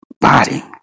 body